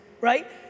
right